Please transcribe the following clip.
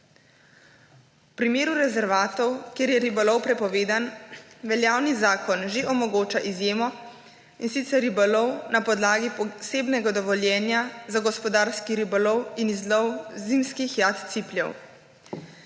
V primeru rezervatov, kjer je ribolov prepovedan, veljavni zakon že omogoča izjemo, in sicer ribolov na podlagi posebnega dovoljenja za gospodarski ribolov in izlov zimskih jat cipljev.